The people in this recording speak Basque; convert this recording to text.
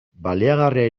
baliagarria